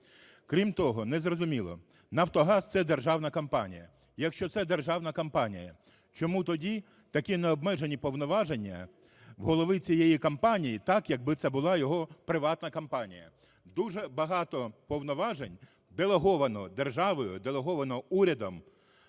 Крім того, не зрозуміло: "Нафтогаз" – це державна компанія? Якщо це державна компанія, чому тоді такі необмежені повноваження у голови цієї компанії, так якби це була його приватна компанія? Дуже багато повноважень делеговано державою, делеговано урядом.